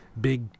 big